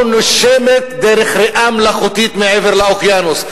נושמת דרך ריאה מלאכותית מעבר לאוקיינוס.